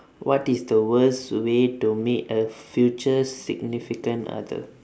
what is the worst way to meet a future significant other